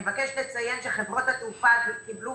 אני מבקשת לציין שחברות התעופה קיבלו